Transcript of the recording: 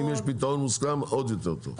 אם יש פתרון מוסכם, עוד יותר טוב.